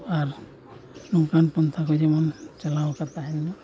ᱟᱨ ᱱᱚᱝᱠᱟᱱ ᱯᱚᱱᱛᱷᱟ ᱠᱚ ᱡᱮᱢᱚᱱ ᱪᱟᱞᱟᱣ ᱟᱠᱟᱫ ᱛᱟᱦᱮᱱᱢᱟ